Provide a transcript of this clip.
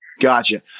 Gotcha